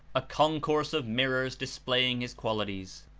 a concourse of mir rors displaying his qualities.